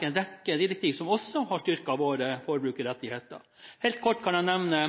en rekke direktiv som også har styrket våre forbrukerrettigheter. Helt kort kan jeg nevne